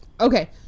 okay